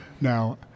now